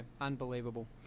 unbelievable